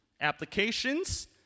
applications